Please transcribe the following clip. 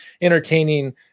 entertaining